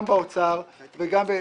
גם באוצר וגם ביתר משרדי הממשלה.